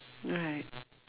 right